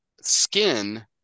skin